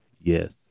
yes